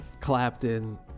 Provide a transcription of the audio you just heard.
Clapton